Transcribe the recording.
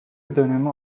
dönemi